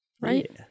Right